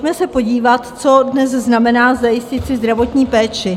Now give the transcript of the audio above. Pojďme se podívat, co dnes znamená zajistit si zdravotní péči.